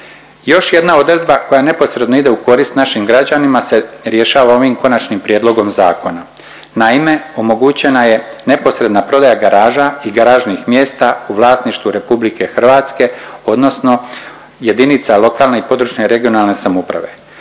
Još jedna odredba koja neposredno ide u korist našim građanima se rješava ovim konačnim prijedlogom zakona. Naime, omogućena je neposredna prodaja garaža i garažnih mjesta u vlasništvu RH odnosno jedinica lokalne i područne regionalne samouprave